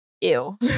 Ew